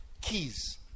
Keys